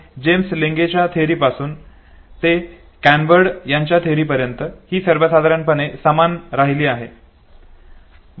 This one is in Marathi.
आणि जेम्स लेंगेच्या थेअरी पासून ते कॅनन बर्ड यांच्या थेअरी पर्यंत ही साधारणपणे समान राहिली आहे